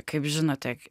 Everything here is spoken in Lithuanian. kaip žinote